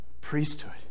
priesthood